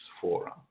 forum